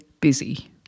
busy